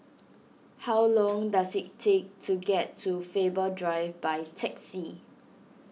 how long does it take to get to Faber Drive by taxi